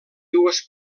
dues